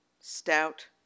stout